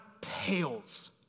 pales